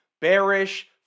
bearish